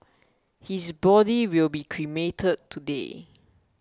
his body will be cremated today